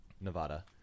Nevada